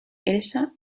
elsa